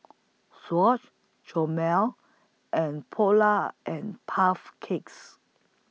Swatch Hormel and Polar and Puff Cakes